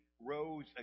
rose